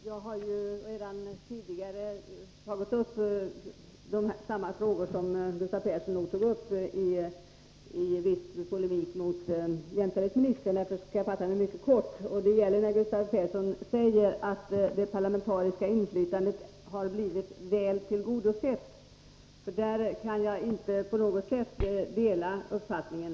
Fru talman! De frågor som Gustav Persson nu tog upp har jag tidigare varit inne på i viss polemik mot jämställdhetsministern. Jag skall därför fatta mig mycket kort. Gustav Persson säger att kravet på parlamentariskt inflytande har blivit väl tillgodosett. Jag kan inte på något sätt dela den uppfattningen.